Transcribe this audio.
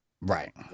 Right